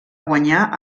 guanyar